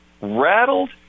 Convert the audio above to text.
rattled